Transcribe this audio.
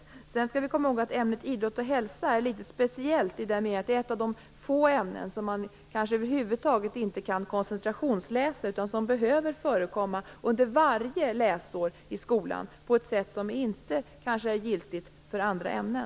Vi skall också komma ihåg att ämnet idrott och hälsa är litet speciellt i den meningen att det är ett av de få ämnen som man över huvud taget inte kan koncentrationsläsa utan som behöver förekomma under varje läsår i skolan på ett sätt som kanske inte är giltigt för andra ämnen.